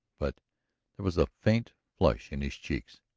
but there was a faint flush in his cheeks.